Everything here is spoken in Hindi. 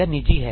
यह निजी है